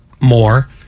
more